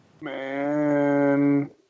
Man